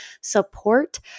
support